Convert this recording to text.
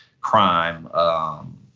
crime